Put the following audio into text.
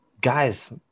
guys